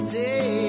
day